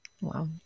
Wow